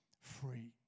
free